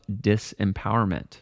disempowerment